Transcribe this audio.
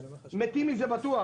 מתים מזה בטוח,